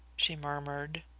she murmured.